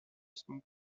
song